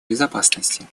безопасности